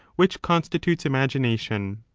which constitutes imagination.